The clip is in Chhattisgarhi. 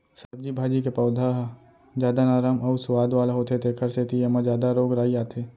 सब्जी भाजी के पउधा ह जादा नरम अउ सुवाद वाला होथे तेखर सेती एमा जादा रोग राई आथे